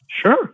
Sure